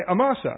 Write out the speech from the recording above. Amasa